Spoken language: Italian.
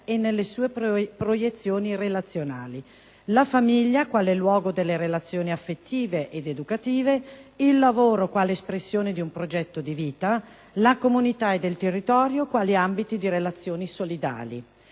e nelle sue proiezioni relazionali; la famiglia, quale luogo delle relazioni affettive ed educative; il lavoro, quale espressione di un progetto di vita; la comunità ed il territorio, quali ambiti di relazioni solidali.